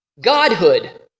Godhood